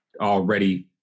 already